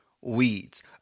weeds